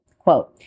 Quote